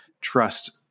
trust